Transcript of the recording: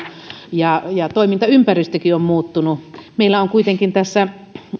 ja ja toimintaympäristökin on muuttunut meillä on kuitenkin tässä